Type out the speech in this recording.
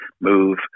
move